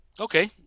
Okay